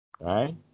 Right